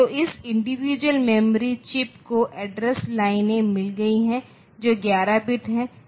तो इस individual memory chips को एड्रेस लाइनें मिल गई हैं जो 11 बिट हैं